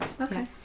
Okay